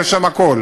יש שם הכול,